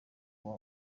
kuba